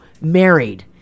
married